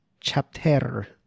chapter